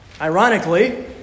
Ironically